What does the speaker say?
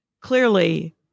clearly